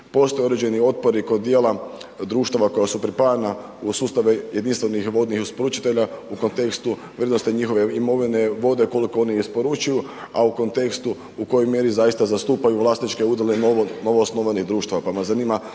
postoje određeni otpori kod dijela društava koja su pripajana u sustave jedinstvenih vodnih isporučitelja u kontekstu vrijednosti njihove imovine, vode koliko oni isporučuju, a u kontekstu u kojoj mjeri zaista zastupaju vlasničke udjele novoosnovanih društava, pa me zanima